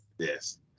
Yes